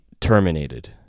terminated